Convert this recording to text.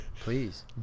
please